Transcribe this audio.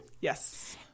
Yes